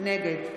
נגד